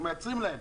אנחנו מייצרים להם.